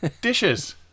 Dishes